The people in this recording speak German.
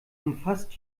umfasst